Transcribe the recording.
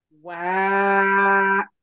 Wow